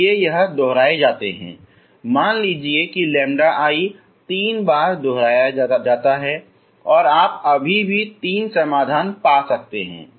यदि वे दोहराए जाते हैं तो मान लीजिए कि λ1 तीन बार दोहराया जाता है आप अभी भी तीन समाधान पा सकते हैं